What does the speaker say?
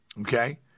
Okay